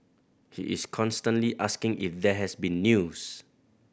he is constantly asking if there has been news